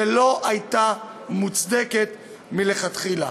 שלא הייתה מוצדקת מלכתחילה.